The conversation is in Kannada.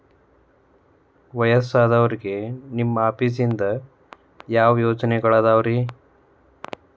ವಯಸ್ಸಾದವರಿಗೆ ನಿಮ್ಮ ಆಫೇಸ್ ನಿಂದ ಯಾವ ಯೋಜನೆಗಳಿದಾವ್ರಿ?